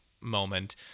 moment